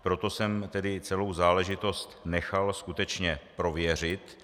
Proto jsem tedy celou záležitost nechal skutečně prověřit.